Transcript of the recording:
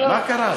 מה קרה?